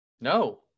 No